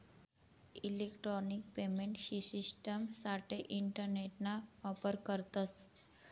electronic payment शिश्टिमसाठे इंटरनेटना वापर करतस